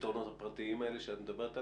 הפתרונות הפרטיים האלה שאת מדברת עליהם?